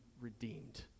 redeemed